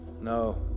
no